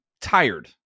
tired